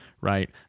right